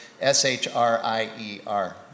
S-H-R-I-E-R